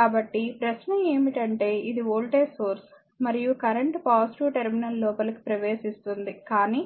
కాబట్టి ప్రశ్న ఏమిటంటే ఇది వోల్టేజ్ సోర్స్ మరియు కరెంట్ పాజిటివ్ టెర్మినల్ లోపలికి ప్రవేశిస్తుంది కానీ